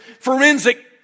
forensic